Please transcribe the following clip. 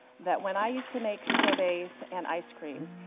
that when i used to make sorbets and ice creams,